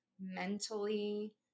mentally